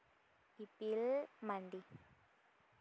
ᱤᱯᱤᱞ ᱢᱟᱱᱰᱤ